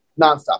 nonstop